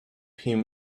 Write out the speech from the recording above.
him